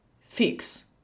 fix